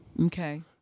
Okay